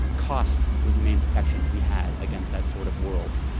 cost was the main protection we had against that sort of world.